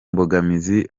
mbogamizi